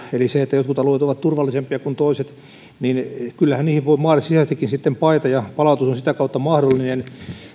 eli se että kun jotkut alueet ovat turvallisempia kuin toiset niin kyllähän niihin voi maan sisäisestikin sitten paeta ja palautus on sitä kautta mahdollinen